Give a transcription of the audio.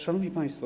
Szanowni Państwo!